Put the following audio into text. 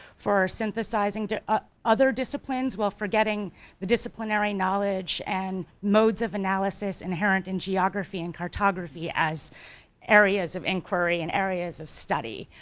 for a synthesizing to ah other disciplines while forgetting the disciplinary knowledge and modes of analysis inherent in geography and cartography as areas of inquiry and areas of study,